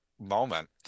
moment